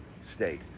state